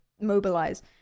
mobilize